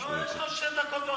יש לך עוד שתי דקות.